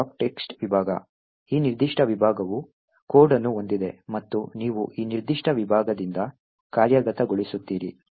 text ವಿಭಾಗ ಈ ನಿರ್ದಿಷ್ಟ ವಿಭಾಗವು ಕೋಡ್ ಅನ್ನು ಹೊಂದಿದೆ ಮತ್ತು ನೀವು ಈ ನಿರ್ದಿಷ್ಟ ವಿಭಾಗದಿಂದ ಕಾರ್ಯಗತಗೊಳಿಸುತ್ತೀರಿ